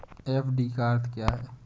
FD का अर्थ क्या है?